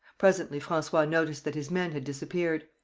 presently francois noticed that his men had disappeared.